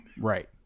Right